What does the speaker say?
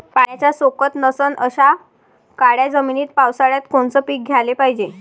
पाण्याचा सोकत नसन अशा काळ्या जमिनीत पावसाळ्यात कोनचं पीक घ्याले पायजे?